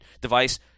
device